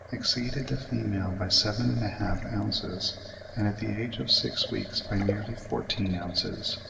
exceeded the female by seven and a half ounces, and at the age of six weeks by nearly fourteen ounces.